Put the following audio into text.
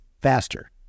faster